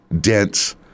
dense